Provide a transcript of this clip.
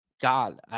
God